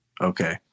okay